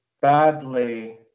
badly